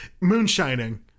moonshining